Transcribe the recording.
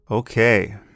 Okay